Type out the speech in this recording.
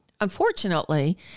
unfortunately